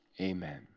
amen